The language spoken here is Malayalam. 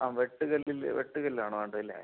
ആ വെട്ടു കല്ലിൽ ആ വെട്ടു കല്ലാണ് വേണ്ടത് അല്ലെ